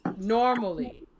Normally